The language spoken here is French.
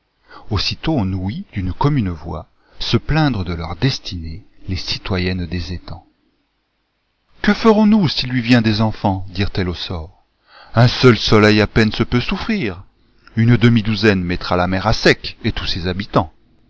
on ouït d'une commune voix se plaindre de leur destinée les citoyennes des étangs que ferons-nous s'iljlui vient des enfants ent elles au sort un seul soleil à peine sepeut souffrir une demi-douzaine ura la mer à sec et tous ses habitants